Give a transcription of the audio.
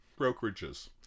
brokerages